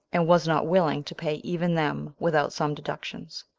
and was not willing to pay even them without some deductions.